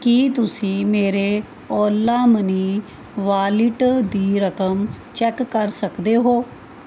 ਕੀ ਤੁਸੀਂਂ ਮੇਰੇ Ola Money wallet ਦੀ ਰਕਮ ਚੈੱਕ ਕਰ ਸਕਦੇ ਹੋ